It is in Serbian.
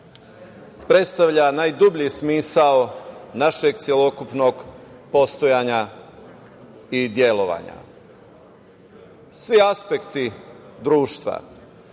predstavlja najdublji smisao našeg celokupnog postojanja i delovanja. Svi aspekti društva,